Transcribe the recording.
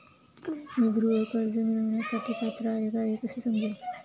मी गृह कर्ज मिळवण्यासाठी पात्र आहे का हे कसे समजेल?